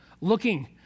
looking